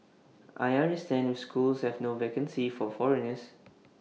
I understand if schools have no vacancies for foreigners